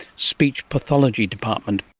speech pathology department